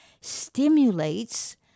stimulates